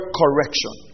correction